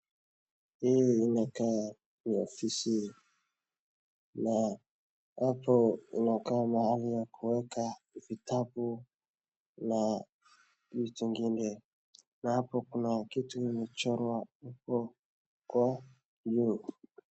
Hii inakaa ni ofisi, na hapo inakaa mahali ya kuweka vitabu na vitu ingine, na hapo kuna kitu imechorwa hapo kwa juu.